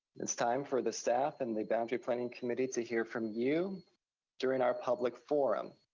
it's time for the staff and the boundary planning committee to hear from you during our public forum.